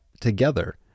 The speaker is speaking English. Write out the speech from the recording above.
together